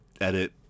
edit